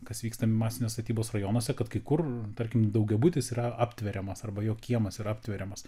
kas vyksta masinės statybos rajonuose kad kai kur tarkim daugiabutis yra aptveriamas arba jo kiemas yra aptveriamas